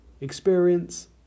Experience